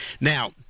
Now